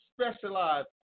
specialize